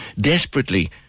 desperately